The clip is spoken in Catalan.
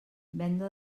venda